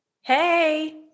Hey